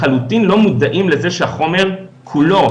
לחלוטין לא מודעים לזה שהחומר כולו,